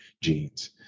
genes